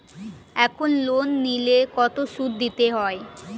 এখন লোন নিলে কত সুদ দিতে হয়?